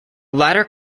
latter